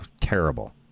terrible